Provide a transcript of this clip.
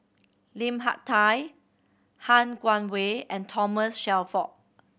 Lim Hak Tai Han Guangwei and Thomas Shelford